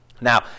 now